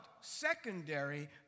secondary